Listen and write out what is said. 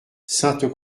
sainte